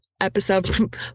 episode